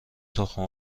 تخم